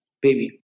baby